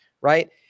right